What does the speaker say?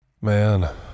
Man